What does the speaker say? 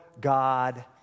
God